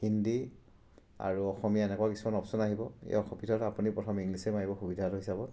হিন্দী আৰু অসমীয়া এনেকুৱা কিছুমান অপশ্যন আহিব এই অপশ্যনটো অহা পিছত আপুনি প্ৰথম ইংলিছে মাৰিব সুবিধাটো হিচাপত